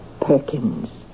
Perkins